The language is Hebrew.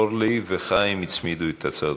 אורלי וחיים הצמידו את הצעותיהם.